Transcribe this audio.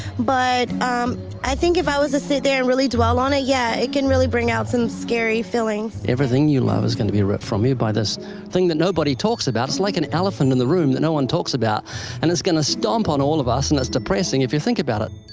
but i think if i was to sit there and really dwell on it, yeah, it can really bring out some scary feelings. everything you love is going to be ripped from you by this thing that nobody talks about. it's like an elephant in the room that no one talks about and it's going to stomp on all of us, and that's depressing if you think about it.